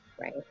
Right